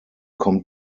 kommt